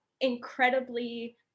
incredibly